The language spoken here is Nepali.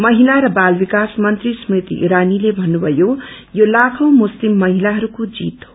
महिला र बाल विकास मन्त्री स्मृती ईरानीले भन्नुभयो यो लाखौँ मुस्तिम महिलाहरूको जीत हो